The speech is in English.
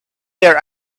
there